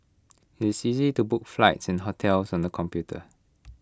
IT is easy to book flights and hotels on the computer